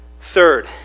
third